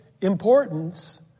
importance